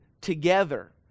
together